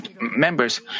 members